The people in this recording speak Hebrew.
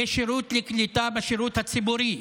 כשירות, לקליטה בשירות הציבורי.